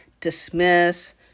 dismiss